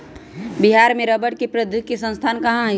बिहार में रबड़ प्रौद्योगिकी के संस्थान कहाँ हई?